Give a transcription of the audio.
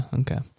okay